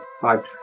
Five